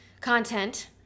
content